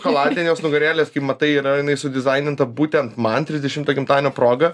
kaladė jos nugarėlės kaip matai yra jinai su sudizaininta būtent man trisdešimto gimtadienio proga